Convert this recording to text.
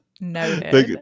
No